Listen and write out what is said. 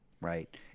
Right